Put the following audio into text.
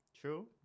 True